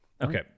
okay